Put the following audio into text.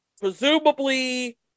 Presumably